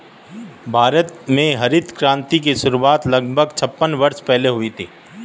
भारत में हरित क्रांति की शुरुआत लगभग छप्पन वर्ष पहले हुई थी